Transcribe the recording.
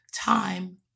time